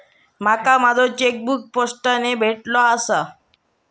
माका माझो चेकबुक पोस्टाने भेटले आसा